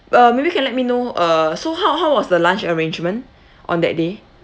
uh maybe you can let me know uh so how how was the lunch arrangement on that day